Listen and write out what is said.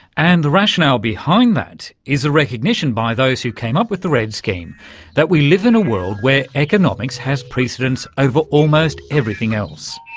and the rationale behind that is a recognition by those who came up with the redd scheme that we live in a world where economics has precedence over almost everything else.